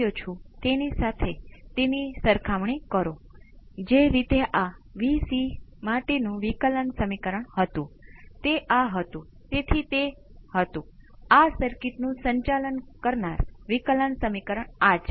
તો હવે આ કિસ્સામાં તમે શું માનો છો જે આનો ઉપાય છે ફરીથી હું ક v c ઓફ t ઇચ્છું છું Vc ઓફ t તે સંભવત વધારે ભાગ ધરાવે છે તમને તેમાં શું લાગે છે કે તેમાં થોડો નેચરલ રિસ્પોન્સ પણ છે